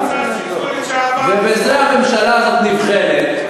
ובזה הממשלה הזאת נבחנת,